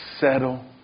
settle